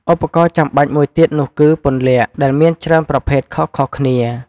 ឧបករណ៍ចាំបាច់មួយទៀតនោះគឺ ពន្លាកដែលមានច្រើនប្រភេទខុសៗគ្នា។